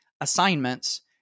assignments